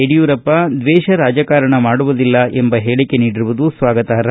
ಯಡಿಯೂರಪ್ಪ ದ್ವೇಷ ರಾಜಕಾರಣ ಮಾಡುವುದಿಲ್ಲ ಎಂಬ ಹೇಳಿಕೆ ನೀಡಿರುವುದು ಸ್ವಾಗತಾರ್ಹ